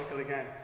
again